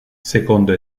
secondo